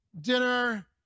dinner